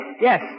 Yes